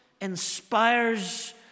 inspires